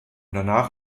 danach